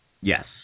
Yes